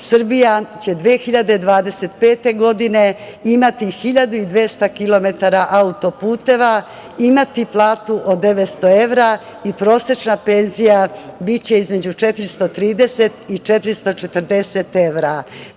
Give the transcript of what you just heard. Srbija će 2025. godine imati 1.200 kilometara autoputeva, imati platu od 900 evra i prosečna penzija biće između 430 i 440 evra.